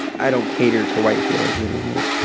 i don't cater to white feelings anymore